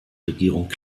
regierung